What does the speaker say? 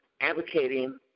advocating